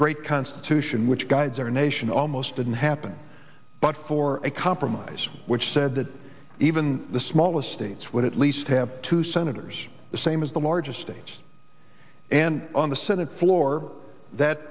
great constitution which guides our nation almost didn't happen but for a compromise which said that even the smallest states would at least have two senators the same as the largest states and on the senate floor that